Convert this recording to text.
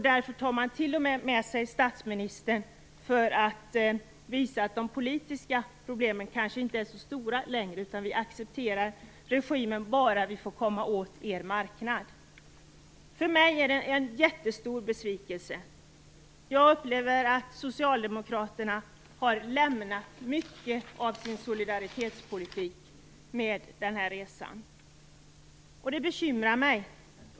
Därför tar man t.o.m. med sig statsministern för att visa att de politiska problemen kanske inte längre är så stora, utan man accepterar regimen bara man får komma åt den marknaden. För mig är det en jättestor besvikelse. Jag upplever att Socialdemokraterna har lämnat mycket av sin solidaritetspolitik i och med den här resan. Det bekymrar mig.